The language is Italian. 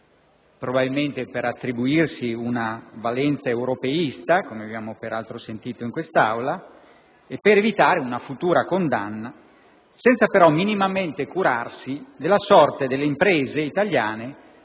probabilmente per attribuirsi una valenza europeista, come abbiamo peraltro sentito in quest'Aula, e per evitare una futura condanna, senza però minimamente curarsi della sorte delle imprese italiane